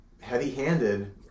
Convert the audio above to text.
heavy-handed